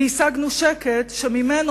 והשגנו שקט שממנו,